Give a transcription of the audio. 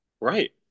Right